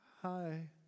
hi